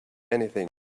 anything